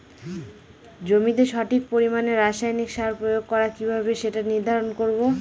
জমিতে সঠিক পরিমাণে রাসায়নিক সার প্রয়োগ করা কিভাবে সেটা নির্ধারণ করব?